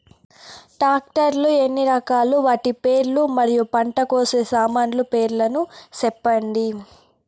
Tractor లు ఎన్ని రకాలు? వాటి పేర్లు మరియు పంట కోసే సామాన్లు పేర్లను సెప్పండి?